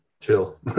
chill